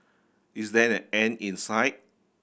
is there an end in sight